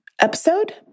Episode